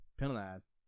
penalized